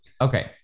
Okay